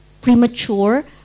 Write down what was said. premature